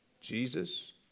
Jesus